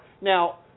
now